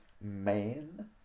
man